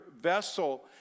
vessel